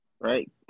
right